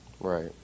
Right